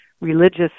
religious